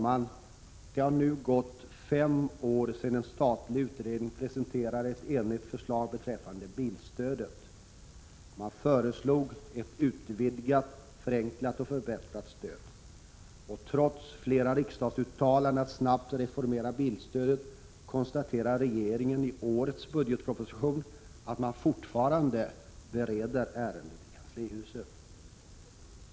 Det har nu gått fem år sedan en statlig utredning presenterade ett enigt förslag beträffande bilstödet. Man föreslog ett utvidgat, förenklat och förbättrat stöd. Trots flera riksdagsuttalanden om att snabbt reformera bilstödet konstaterar regeringen i årets budgetproposition att man fortfarande bereder ärendet i kanslihuset.